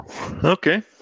okay